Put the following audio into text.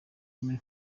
women